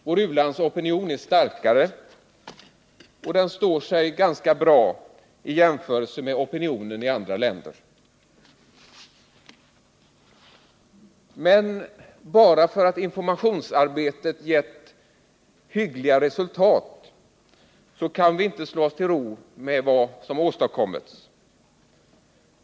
Vår u-landsopinion är starkare, och den står sig ganska bra i jämförelse med opinionen i andra länder. Men vi kan inte slå oss till ro med vad som åstadskommits.